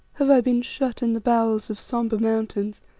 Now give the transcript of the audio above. have i been shut in the bowels of sombre mountains,